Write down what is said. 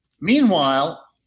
Meanwhile